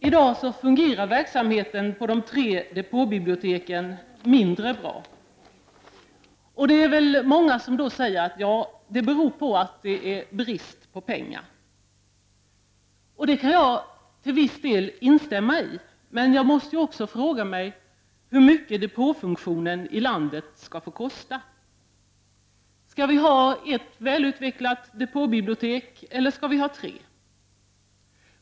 I dag fungerar verksamheten vid de tre depåbiblioteken mindre bra, och många säger väl då att det beror på brist på pengar. Det kan jag till viss del instämma i, men jag måste också fråga mig hur mycket depåfunktionen i landet skall få kosta. Skall vi ha ett välutvecklat depåbibliotek eller skall vi ha tre?